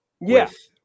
Yes